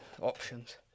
options